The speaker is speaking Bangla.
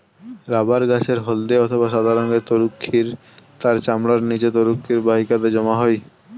রাবার গাছের হল্দে অথবা সাদা রঙের তরুক্ষীর তার চামড়ার নিচে তরুক্ষীর বাহিকাতে জমা হয়